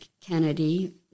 Kennedy